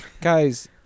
Guys